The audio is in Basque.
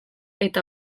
eta